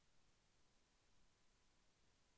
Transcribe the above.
నాకు ఆన్లైన్లో లోన్ ఇస్తారా?